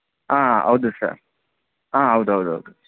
ಆಂ ಹೌದು ಸರ್ ಆಂ ಹೌದು ಹೌದು ಹೌದು